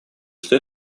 что